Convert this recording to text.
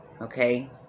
okay